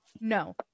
No